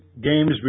games